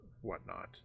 whatnot